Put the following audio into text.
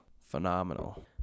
phenomenal